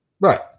Right